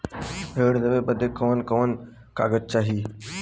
ऋण लेवे बदे कवन कवन कागज चाही?